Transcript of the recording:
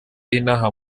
inaha